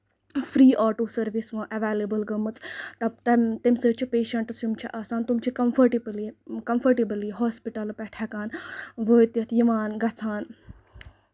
free auto service وۄنۍ available گٔمٕژ تمہِ تَمہِ سۭتۍ چھُ پیشنٹَس یِم چھِ آسان تِم کَمفارٹِبٔلی کَمفارٹِبٔلی ہوسپِٹل پٮ۪ٹھ ہٮ۪کان وٲتِتھ یِوان گژھان